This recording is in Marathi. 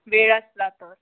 वेळ असला तर